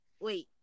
wait